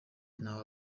ntaho